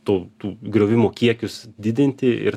to tų griovimų kiekius didinti ir